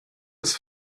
das